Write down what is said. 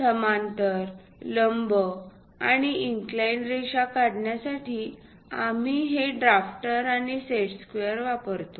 समांतर लंब आणि इन्क्लाईंड रेखा काढण्यासाठी आम्ही हे ड्राफ्टर आणि सेट स्क्वेअर वापरतो